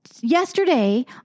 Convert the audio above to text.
Yesterday